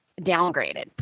downgraded